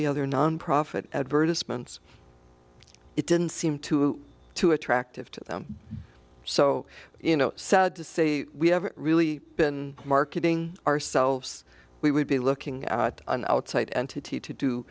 the other nonprofit advertisement it didn't seem to too attractive to them so you know sad to say we haven't really been marketing ourselves we would be looking at an outside entity to do